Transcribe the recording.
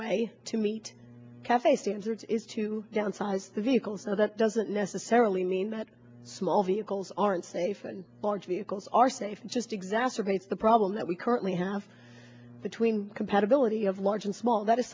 way to meet cafe standards is to downsize the vehicle so that doesn't necessarily mean that small vehicles aren't safe and large vehicles are safe and just exacerbates the problem that we currently have between compatibility of large and small that is